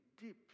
deep